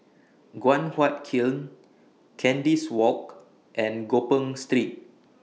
Guan Huat Kiln Kandis Walk and Gopeng Street